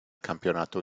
campionato